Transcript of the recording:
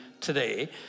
Today